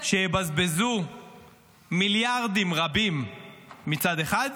לא יכול להיות שיבזבזו מיליארדים רבים מצד אחד,